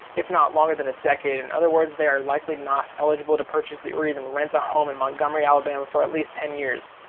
if not longer than a decade. in other words they are likely not eligible to purchase or even rent a home in montgomery, alabama for at least ten years.